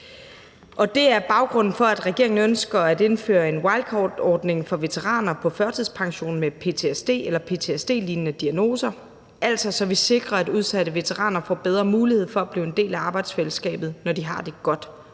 Det er baggrunden for, at regeringen ønsker at indføre en wildcardordning for veteraner på førtidspension med ptsd eller ptsd-lignende diagnoser – altså så vi sikrer, at udsatte veteraner får bedre mulighed for at blive en del af arbejdsfællesskabet, når de har det godt,